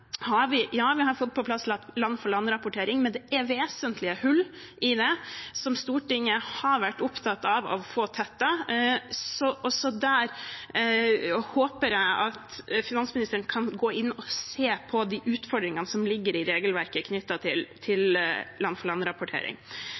Ja, vi har fått på plass land-for-land-rapportering, men det er vesentlige hull i den som Stortinget har vært opptatt av å få tettet. Jeg håper at finansministeren også kan gå inn og se på de utfordringene som ligger i regelverket knyttet til